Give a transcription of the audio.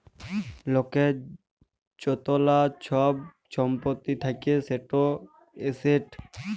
লকের য্তলা ছব ছম্পত্তি থ্যাকে সেট এসেট